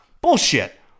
Bullshit